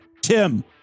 Tim